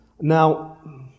Now